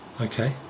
Okay